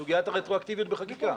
סוגיית הרטרואקטיביות בחקיקה.